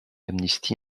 amnesty